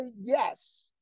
yes